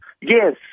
Yes